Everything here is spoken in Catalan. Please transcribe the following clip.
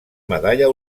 medalla